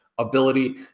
ability